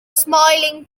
smiling